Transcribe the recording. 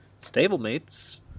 stablemates